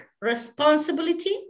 responsibility